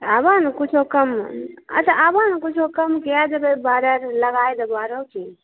आबऽ ने किछो कम अच्छा आबऽ ने किछो कम कए देबै बारह लगाइ देबो आरो कि